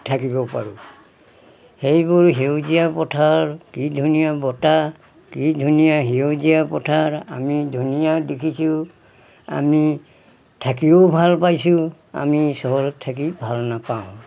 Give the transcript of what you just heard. থাকিব পাৰোঁ সেইবোৰ সেউজীয়া পথাৰ কি ধুনীয়া বতাহ কি ধুনীয়া সেউজীয়া পথাৰ আমি ধুনীয়া দেখিছোঁ আমি থাকিও ভাল পাইছোঁ আমি চহৰত থাকি ভাল নাপাওঁ